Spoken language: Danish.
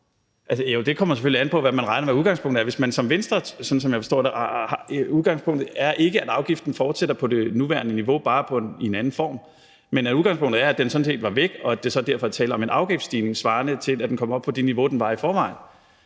det kommer selvfølgelig an på, hvad man regner med at udgangspunktet er, og man som Venstre, sådan som jeg forstår det, ikke har det udgangspunkt, at afgiften fortsætter på det nuværende niveau, men bare i en anden form, men at udgangspunktet er, at den sådan set var væk, og at der så derfor er tale om en afgiftsstigning svarende til, at den kom op på det niveau, den var i forvejen.